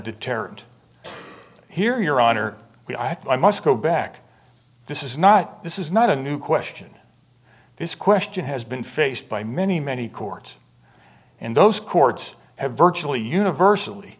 deterrent here your honor we i think i must go back this is not this is not a new question this question has been faced by many many courts and those courts have virtually universally